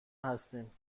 هستیم